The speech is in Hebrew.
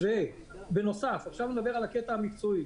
מבחינה מקצועית: